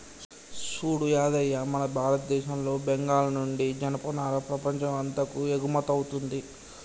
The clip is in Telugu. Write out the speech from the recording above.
సూడు యాదయ్య మన భారతదేశంలో బెంగాల్ నుండి జనపనార ప్రపంచం అంతాకు ఎగుమతౌతుంది